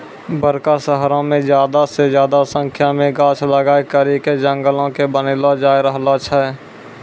बड़का शहरो मे ज्यादा से ज्यादा संख्या मे गाछ लगाय करि के जंगलो के बनैलो जाय रहलो छै